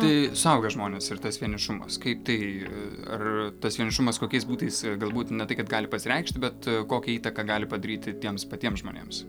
tai suaugę žmonės ir tas vienišumas kaip tai i ar tas vienišumas kokiais būdais galbūt ne tai kad gali pasireikšti bet kokią įtaką gali padaryti tiems patiems žmonėms